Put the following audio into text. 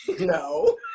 no